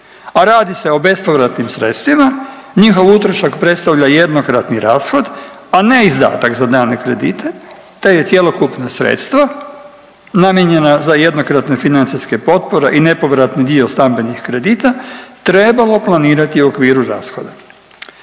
a radi se o bespovratnim sredstvima, njihov utrošak predstavlja jednokratni rashod, a ne izdatak za dane kredite te je cjelokupna sredstva namijenjena za jednokratne financijske potpore i nepovratni dio stambenih kredita trebalo planirati u okviru rashoda.